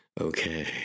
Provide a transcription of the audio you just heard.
Okay